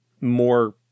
more